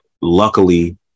luckily